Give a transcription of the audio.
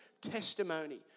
testimony